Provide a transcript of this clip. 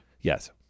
Yes